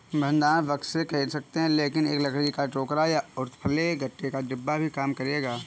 भंडारण बक्से खरीद सकते हैं लेकिन एक लकड़ी का टोकरा या उथले गत्ते का डिब्बा भी काम करेगा